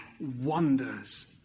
wonders